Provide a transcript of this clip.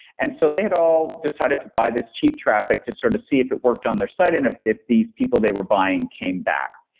and so they had all decided to buy this cheap traffic to sort of see if it worked on their site and if if these people they were buying came back,